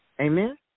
Amen